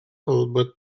ылбыт